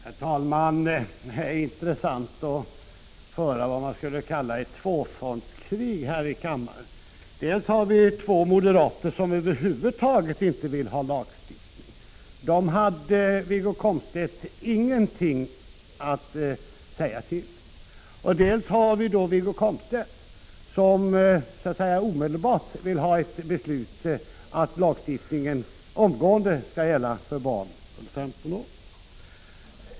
Herr talman! Det är intressant att iaktta vad man skulle kunna kalla ett tvåfrontskrig här i kammaren. Dels har vi två moderater som över huvud taget inte vill ha lagstiftning. Till dem hade Wiggo Komstedt ingenting att säga. Dels har vi Wiggo Komstedt, som vill ha ett beslut om att lagstiftningen omgående skall gälla även för barn under 15 år.